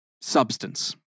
substance